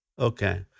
Okay